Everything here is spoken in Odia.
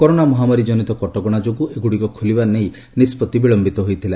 କରୋନା ମହାମାରୀ କନିତ କଟକଣା ଯୋଗୁଁ ଏଗୁଡ଼ିକ ଖୋଲିବା ନେଇ ନିଷ୍ପଭି ବିଳୟିତ ହୋଇଥିଲା